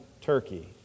Turkey